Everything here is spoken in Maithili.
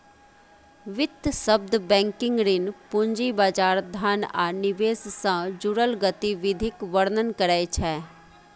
वित्त शब्द बैंकिंग, ऋण, पूंजी बाजार, धन आ निवेश सं जुड़ल गतिविधिक वर्णन करै छै